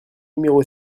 numéro